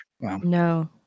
No